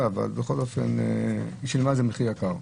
אבל בכל אופן היא שילמה על כך מחיר יקר.